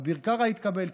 אביר קארה התקפל,